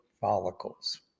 follicles